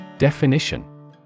Definition